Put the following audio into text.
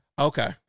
Okay